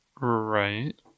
Right